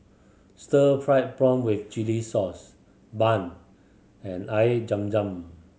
stir fried prawn with chili sauce bun and Air Zam Zam